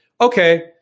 okay